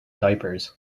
diapers